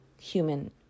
human